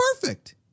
perfect